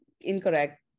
incorrect